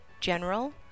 General